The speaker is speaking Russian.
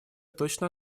точно